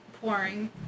pouring